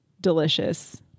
delicious